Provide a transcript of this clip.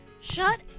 Shut